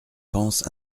pense